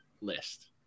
list